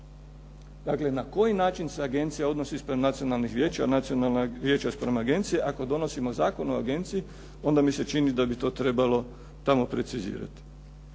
Dakle, na koji način se agencija odnosi spram nacionalnih vijeća, nacionalna vijeća spram agenciji ako donosimo zakon o agenciji, onda mi se čini da bi to trebalo tamo precizirati.